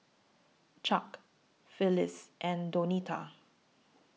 Chuck Phillis and Donita